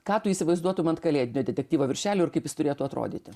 ką tu įsivaizduotum ant kalėdinio detektyvo viršelių ir kaip jis turėtų atrodyti